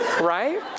right